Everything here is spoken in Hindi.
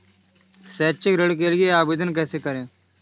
शैक्षिक ऋण के लिए आवेदन कैसे करें?